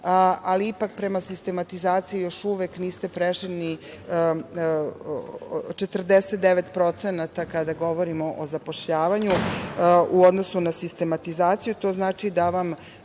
ali ipak, prema sistematizaciji, još uvek niste prešli ni 49% kada govorimo o zapošljavanju u odnosu na sistematizaciju.